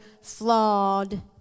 flawed